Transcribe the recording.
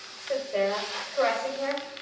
said sara, caressing him.